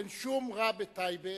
אין שום רע בטייבה.